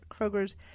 Kroger's